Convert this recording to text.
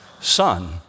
Son